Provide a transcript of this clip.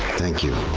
thank you.